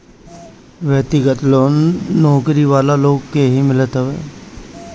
व्यक्तिगत लोन नौकरी वाला लोग के ही मिलत हवे